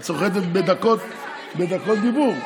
את סוחטת בדקות דיבור.